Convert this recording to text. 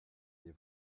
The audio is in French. des